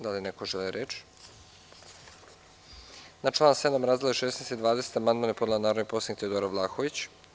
Da li neko želi reč? (Ne.) Na član 7. razdele 16 i 20 amandman je podnela narodni poslanik Teodora Vlahović.